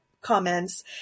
comments